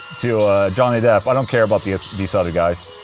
to johnny depp, i don't care about these these other guys